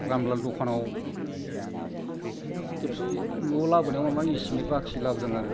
रामलाल दखानाव खेबसे न'आव लाबोनायाव माबा एसे एनै बाखि लाबोदों आरो